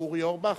אורי אורבך?